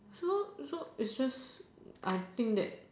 so so it's just I think that